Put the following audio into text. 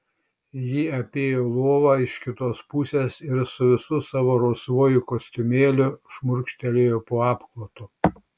ji apėjo lovą iš kitos pusės ir su visu savo rausvuoju kostiumėliu šmurkštelėjo po apklotu